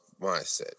mindset